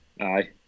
Aye